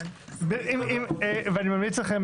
אני ממליץ לכולם